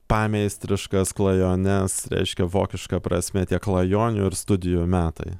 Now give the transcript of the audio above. pameistriškas klajones reiškia vokiška prasme tie klajonių ir studijų metai